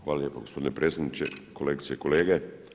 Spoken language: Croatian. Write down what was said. Hvala lijepo gospodine predsjedniče, kolegice i kolege.